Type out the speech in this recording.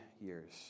years